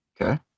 Okay